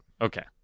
Okay